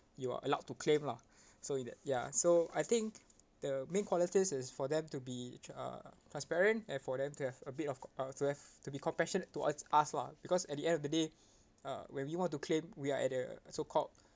you are allowed to claim lah so in that ya so I think the main qualities is for them to be uh transparent and for them to have a bit of uh to have to be compassionate to us lah because at the end of the day uh when we want to claim we are at the so called